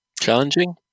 Challenging